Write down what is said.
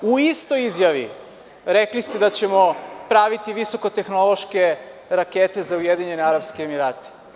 U istoj izjavi rekli ste da ćemo praviti visokotehnološke rakete za Ujedinjene Arapske Emirate.